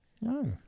No